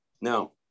No